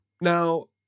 now